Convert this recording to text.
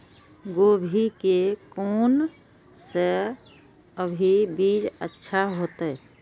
गोभी के कोन से अभी बीज अच्छा होते?